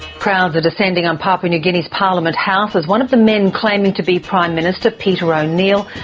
crowds are descending on papua new guinea's parliament house, as one of the men claiming to be prime minister, peter o'neill,